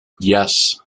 yes